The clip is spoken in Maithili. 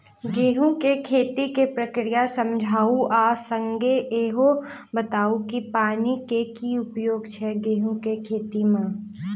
गेंहूँ केँ खेती केँ प्रक्रिया समझाउ आ संगे ईहो बताउ की पानि केँ की उपयोग छै गेंहूँ केँ खेती में?